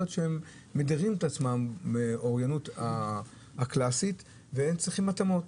שמדירות עצמן מן האוריינות הקלאסית והם צריכים התאמות,